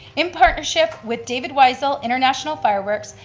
in partnership with david whisall international fireworks,